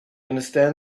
understand